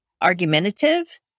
argumentative